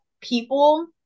people